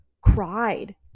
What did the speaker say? cried